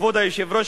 כבוד היושב-ראש,